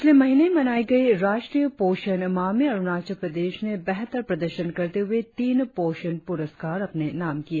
पिछले महीने मनाई गई राष्ट्रीय पोषण माह में अरुणाचल प्रदेश ने बेहतर प्रदर्शन करते हुए तीन पोषण पुरस्कार अपने नाम किए